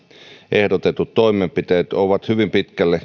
ehdotetut toimenpiteet ovat hyvin pitkälle